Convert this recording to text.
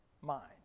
mind